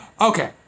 Okay